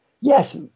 yes